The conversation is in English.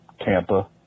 tampa